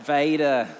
Vader